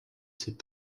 c’est